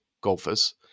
golfers